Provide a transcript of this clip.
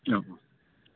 অঁ অঁ